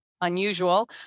unusual